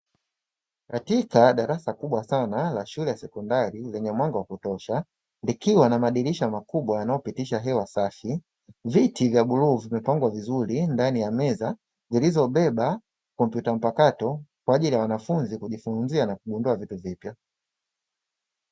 Katika darasa kubwa sana la shule la sekondari lenye mwanga wa kutosha, likiwa na madirisha makubwa yanayopitisha hewa safi. Viti vya buluu vimepangwa vizuri, ndani ya meza zilizobeba kompyuta mpakato kwa ajili ya wanafunzi kujifunzia na kugundua vitu vipya.